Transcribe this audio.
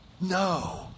No